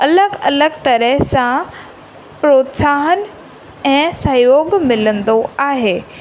अलॻि अलॻि तरह सां प्रोत्साहन ऐं सहयोगु मिलंदो आहे